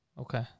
Okay